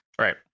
right